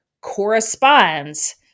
corresponds